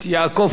ואחריו,